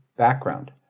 background